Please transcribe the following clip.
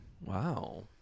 Wow